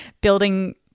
building